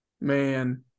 Man